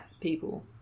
people